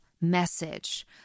message